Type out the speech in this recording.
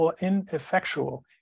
ineffectual